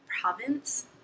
province